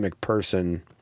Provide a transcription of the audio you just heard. person